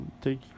take